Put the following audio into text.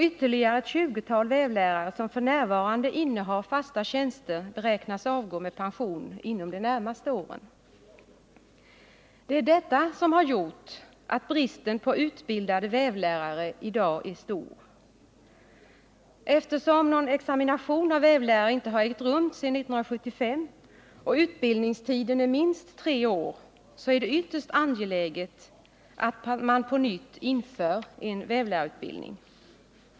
Ytterligare ett 20-tal vävlärare, som f. n. innehar fasta tjänster, beräknas avgå med pension inom de närmaste åren. Det är detta som gjort att bristen på utbildade vävlärare i dag är stor. Eftersom någon examination av vävlärare inte har ägt rum sedan 1975 och utbildningstiden är minst tre år är det ytterst angeläget att man på nytt inför en vävlärarutbildning.